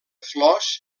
flors